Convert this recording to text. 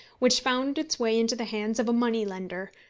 which found its way into the hands of a money-lender.